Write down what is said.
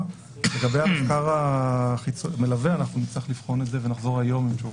לגבי המחקר המלווה אנחנו נצטרך לבחון את זה ונחזור היום עם תשובה.